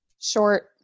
Short